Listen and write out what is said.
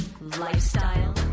lifestyle